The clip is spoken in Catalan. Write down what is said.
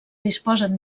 disposen